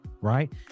Right